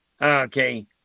okay